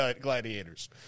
gladiators